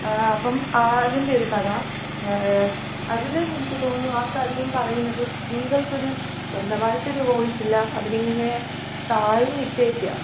അപ്പം ആതിന്റെ ഒരു കഥ അതിലും എനിക്ക് തോന്നുന്നു ആ കഥയും പറയുന്നത് സ്ത്രീകൾക്കൊരു സ്വന്തമായിട്ടൊരു വോയിസില്ല അവരിങ്ങനെ താഴ്ന്നിട്ടേയ്ക്കാണ്